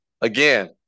again